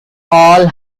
all